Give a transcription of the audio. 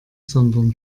sondern